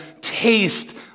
taste